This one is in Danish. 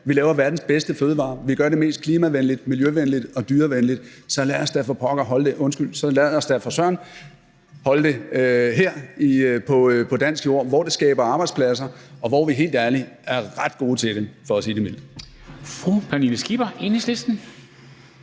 Vi laver verdens bedste fødevarer, vi gør det mest klimavenligt, miljøvenligt og dyrevenligt. Så lad os da for søren holde det her på dansk jord, hvor det skaber arbejdspladser, og hvor vi helt ærligt er ret gode til det – for at sige det mildt.